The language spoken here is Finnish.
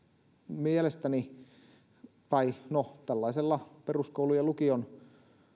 mielestäni tällaisella peruskoulun ja lukion